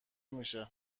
میشه